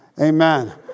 Amen